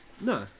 no